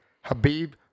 Habib